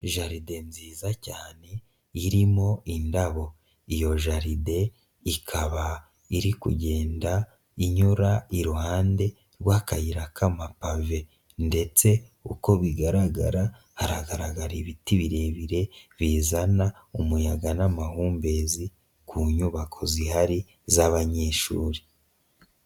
Jaride nziza cyane irimo indabo, iyo jaride ikaba iri kugenda inyura iruhande rw'akayira kamapave ndetse uko bigaragara haragaragara ibiti birebire bizana umuyaga n'amahumbezi, ku nyubako zihari z'abanyeshuri.